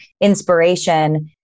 inspiration